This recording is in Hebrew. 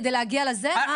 כדי להגיע לזה.